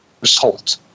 result